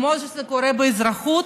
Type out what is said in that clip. כמו שזה קורה באזרחות,